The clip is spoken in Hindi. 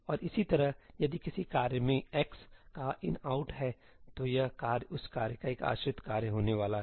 और इसी तरह यदि किसी कार्य में x का 'inout' है तो यह कार्य उस कार्य का एक आश्रित कार्य होने वाला है